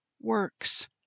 works